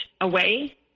away